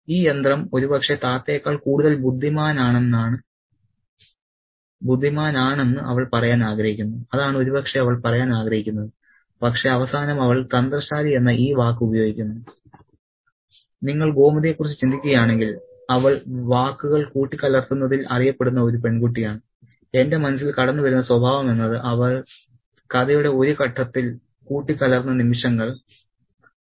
ഈ യന്ത്രം ഒരുപക്ഷേ താത്തയേക്കാൾ കൂടുതൽ ബുദ്ധിമാനാണെന്ന് അവൾ പറയാൻ ആഗ്രഹിക്കുന്നു അതാണ് ഒരുപക്ഷേ അവൾ പറയാൻ ആഗ്രഹിക്കുന്നത് പക്ഷേ അവസാനം അവൾ തന്ത്രശാലി എന്ന ഈ വാക്ക് ഉപയോഗിക്കുന്നു നിങ്ങൾ ഗോമതിയെക്കുറിച്ച് ചിന്തിക്കുകയാണെങ്കിൽ അവൾ വാക്കുകൾ കൂട്ടികലർത്തുന്നതിൽ അറിയപ്പെടുന്ന ഒരു പെൺകുട്ടിയാണ് എന്റെ മനസ്സിൽ കടന്ന് വരുന്ന സംഭവം എന്നത് അവൾ കഥയുടെ ഒരു ഘട്ടത്തിൽ കൂട്ടികലർത്തുന്ന നിമിഷങ്ങൾ 536 ആണ്